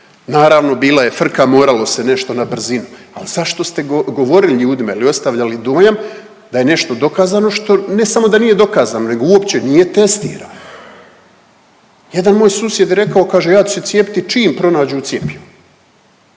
Naravno bila je frka, moralo se nešto na brzinu, al zašto ste govorili ljudima ili ostavljali dojam da je nešto dokazano što ne samo da nije dokazano nego uopće nije testirano. Jedan moj susjed je rekao, kaže ja ću se cijepiti čim pronađu cjepivo,